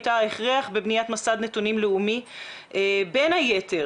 הייתה ההכרח בבניית מסד נתונים לאומי בין היתר.